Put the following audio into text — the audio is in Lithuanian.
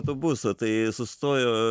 autobuso tai sustojo